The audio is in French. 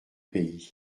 pays